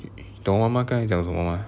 懂我们该讲什么吗